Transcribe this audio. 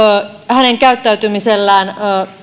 hänen käyttäytymisellään